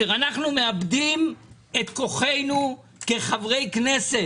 אנחנו מאבדים את כוחנו כחברי כנסת.